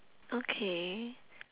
okay